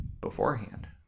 beforehand